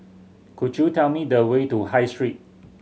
could you tell me the way to High Street